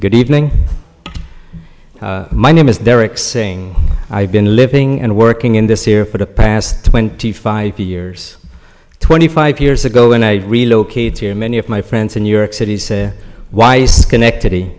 good evening my name is derek saying i've been living and working in this era for the past twenty five years twenty five years ago when i relocate here many of my friends in new york city why schenectady